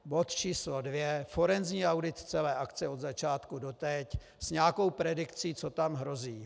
Bod číslo 2 forenzní audit celé akce od začátku doteď s nějakou predikcí, co tam hrozí.